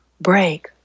break